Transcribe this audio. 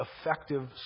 effective